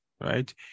right